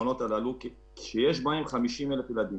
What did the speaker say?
שיש בהם 50,000 ילדים.